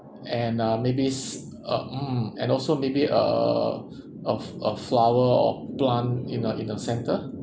and uh maybe s~ uh mm and also maybe uh a f~ a flower or plant in the in the centre